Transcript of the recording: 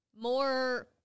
more